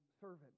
servant